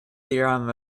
theorem